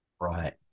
right